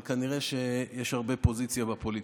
אבל כנראה יש הרבה פוזיציה בפוליטיקה.